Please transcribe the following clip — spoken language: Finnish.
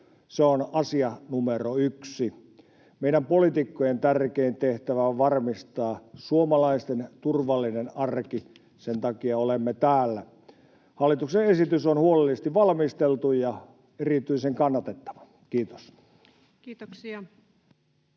Se on asia numero yksi. Meidän poliitikkojen tärkein tehtävä on varmistaa suomalaisten turvallinen arki, sen takia olemme täällä. Hallituksen esitys on huolellisesti valmisteltu ja erityisen kannatettava. — Kiitos.